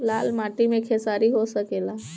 लाल माटी मे खेसारी हो सकेला?